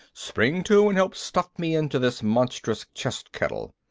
spring to and help stuff me into this monstrous chest-kettle.